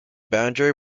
boundary